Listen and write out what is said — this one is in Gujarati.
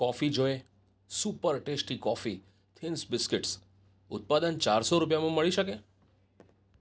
coffee joy super tasty coffee thins biscuits ઉત્પાદન ચારસો રૂપિયામાં મળી શકે